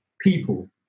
people